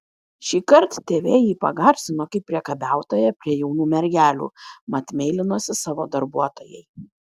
šįkart tv jį pagarsino kaip priekabiautoją prie jaunų mergelių mat meilinosi savo darbuotojai